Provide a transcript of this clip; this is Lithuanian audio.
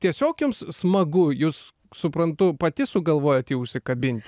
tiesiog jums smagu jus suprantu pati sugalvojot jį užsikabint